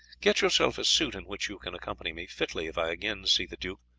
get yourself a suit in which you can accompany me fitly if i again see the duke,